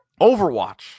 overwatch